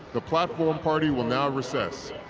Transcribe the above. the platform party will now recess.